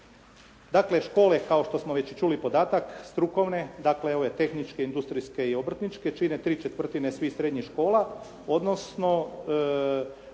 Dakle, škole, kao što smo već čuli podatak, strukovne, dakle ove tehničke, industrijske i obrtničke čine 3/4 svih srednjih škola odnosno